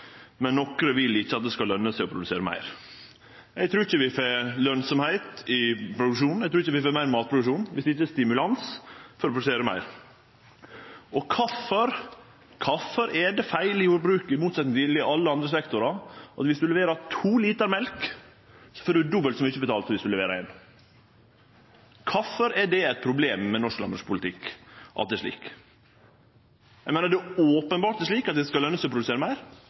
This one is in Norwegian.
men nokre vil ikkje at det skal løne seg å produsere meir. Eg trur ikkje vi får lønsemd i produksjonen og meir matproduksjon viss ikkje det er stimulans til å produsere meir. Og kvifor er det feil – i jordbruket, i motsetning til i alle andre sektorar – at viss du leverer to liter mjølk, får du dobbelt så mykje betalt som viss du leverer éin? Kvifor er det eit problem at det er slik i norsk landbrukspolitikk? Eg meiner at det openbert er slik at det skal løne seg å produsere meir.